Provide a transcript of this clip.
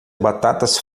batatas